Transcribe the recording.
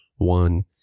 One